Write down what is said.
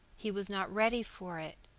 he was not ready for it.